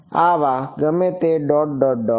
આવા ગમે તે ડોટ ડોટ ડોટ